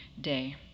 day